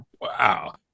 Wow